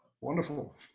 Wonderful